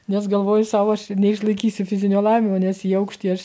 nes galvoju sau aš neišlaikysiu fizinio lavinimo nes į aukštį aš